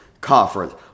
conference